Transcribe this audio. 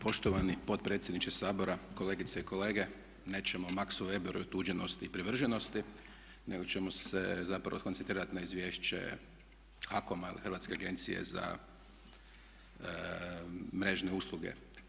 Poštovani potpredsjedniče Sabora, kolegice i kolege, nećemo o Maxu Weberu i otuđenosti i privrženosti, nego ćemo se zapravo skoncentrirati na izvješće HAKOM-a ili Hrvatske agencije za mrežne usluge.